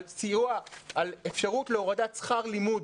על אפשרות להורדת שכר לימוד,